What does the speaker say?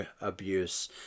abuse